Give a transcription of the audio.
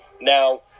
Now